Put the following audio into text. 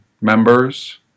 members